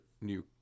new